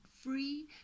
free